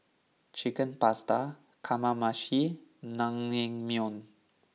Chicken Pasta Kamameshi Naengmyeon